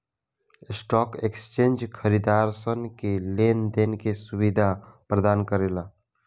stock exchange खरीदारसन के लेन देन के सुबिधा परदान करेला